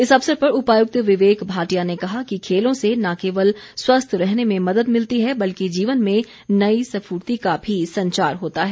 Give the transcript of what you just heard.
इस अवसर पर उपायुक्त विवेक भाटिया ने कहा कि खेलों से न केवल स्वस्थ रहने में मदद मिलती है बल्कि जीवन में नई स्फूर्ति का भी संचार होता है